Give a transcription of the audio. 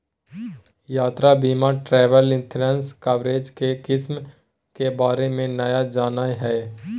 यात्रा बीमा travel insurance coverage के किस्म के बारे में नय जानय हइ